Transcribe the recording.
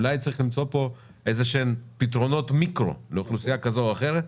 אולי צריך למצוא פה איזה שהם פתרונות מיקרו לאוכלוסייה כזו או אחרת,